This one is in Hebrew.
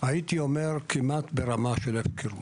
הייתי אומר כמעט ברמה של הפקרות.